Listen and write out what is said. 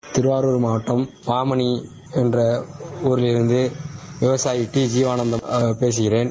seconds Tiruvarur மாவட்டம் பாமனி என்ற ஊரிலிருந்து விவசாயி டி ஜீவானந்தம் பேசுகிறேன்